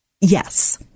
Yes